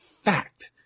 fact